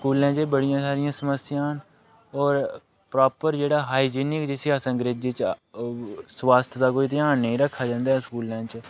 स्कूलें च एह् बड़ियां सारियां समस्यां न होर प्रॉपर जेह्ड़ा हाइजीनिक जिसी अस अंग्रेज़ी च स्वास्थ दा कोई ध्यान निं रखेआ जंदा स्कूलें च